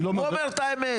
הוא אומר את האמת.